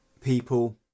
people